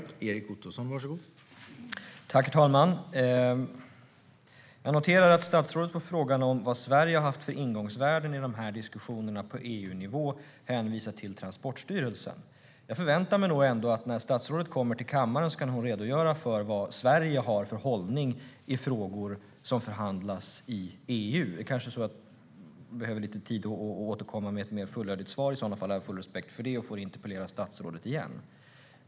Herr talman! Jag noterar att statsrådet, när det gäller frågan om vilka ingångsvärden som Sverige har haft i dessa diskussioner på EU-nivå, hänvisar till Transportstyrelsen. Jag förväntar mig ändå att statsrådet när hon kommer till kammaren ska kunna redogöra för vilken hållning Sverige har i frågor som förhandlas i EU. Hon kanske behöver lite mer tid och får återkomma med ett mer fullödigt svar. Jag har full respekt för det. Då får jag interpellera statsrådet igen.